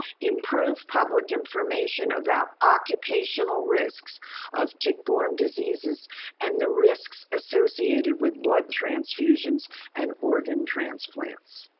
improve public information about occupational risks of tick-borne diseases and the risks associated with blood transfusions and organ transplants.